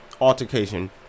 altercation